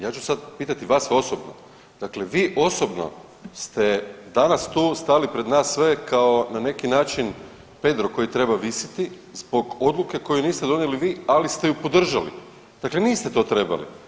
Ja ću sad pitati vas osobno, dakle vi osobno ste danas tu stali pred nas sve kao na neki način predro koji treba visjeti zbog odluke koju niste donijeli vi, ali ste ju podržali, dakle niste to trebali.